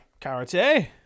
Karate